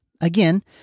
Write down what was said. Again